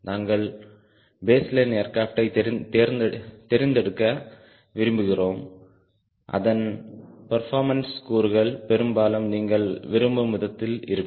நாங்கள் பேஸ்லைன் ஏர்கிராப்டை தெரிந்தெடுக்க விரும்புகிறோம் அதன் பெர்பாமன்ஸ் கூறுகள் பெரும்பாலும் நீங்கள் விரும்பும் விதத்தில் இருக்கும்